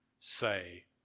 say